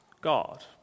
God